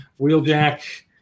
Wheeljack